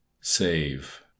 save